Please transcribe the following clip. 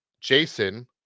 Jason